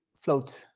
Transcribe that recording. float